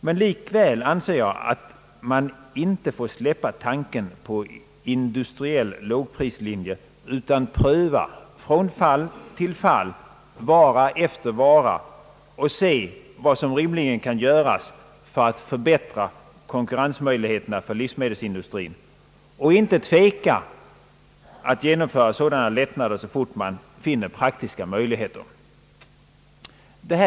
Men likväl anser jag att man inte får släppa tanken på en industriell lågprislinje utan måste pröva vara efter vara för att se vad som lämpligen kan göras för att förbättra konkurrensmöjligheterna för livsmedelsindustrin. Man får inte tveka att genomföra sådana lättnader så snart man finner praktiska möjligheter därtill.